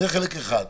זה חלק ראשון.